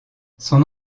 son